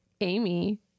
Amy